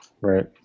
Right